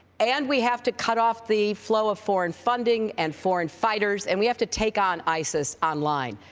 and we have to cut off the flow of foreign funding and foreign fighters. and we have to take on isis online.